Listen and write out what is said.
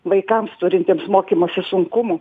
vaikams turintiems mokymosi sunkumų